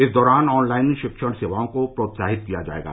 इस दौरान ऑनलाइन शिक्षण सेवाओं को प्रोत्साहित किया जाएगा